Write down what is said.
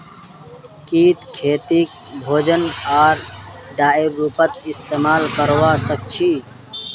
कीट खेतीक भोजन आर डाईर रूपत इस्तेमाल करवा सक्छई